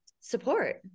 support